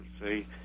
See